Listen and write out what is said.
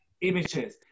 images